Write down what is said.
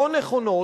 לא נכונות,